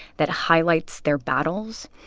that highlights their battles,